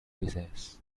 desires